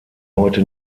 heute